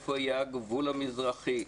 איפה יהיה הגבול המזרחי.